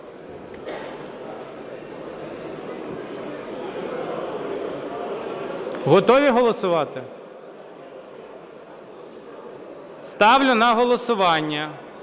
Готові голосувати? Ставлю на голосування